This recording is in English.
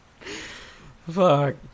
Fuck